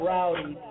Rowdy